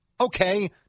Okay